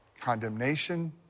condemnation